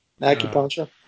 Acupuncture